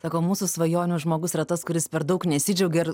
sako mūsų svajonių žmogus yra tas kuris per daug nesidžiaugia